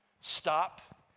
Stop